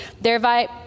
thereby